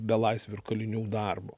belaisvių ir kalinių darbu